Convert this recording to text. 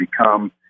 become